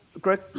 Greg